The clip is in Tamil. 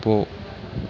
போ